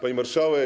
Pani Marszałek!